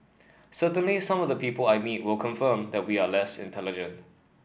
certainly some of the people I meet will confirm that we are less intelligent